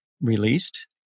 released